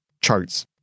charts